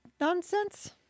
nonsense